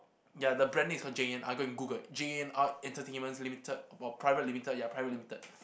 yeah the branding J_N_R go and Google J_N_R entertainment's limited private limited ya private limited